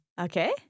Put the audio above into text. Okay